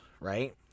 right